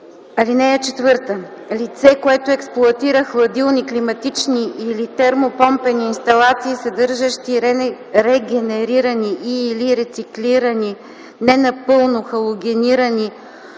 000 лв. (4) Лице, което експлоатира хладилни, климатични или термопомпени инсталации, съдържащи регенерирани и/или рециклирани ненапълно халогенирани